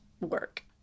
work